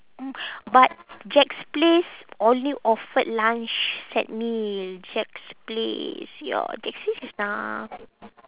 but jack's place only offered lunch set meal jack's place ya jack's place is nah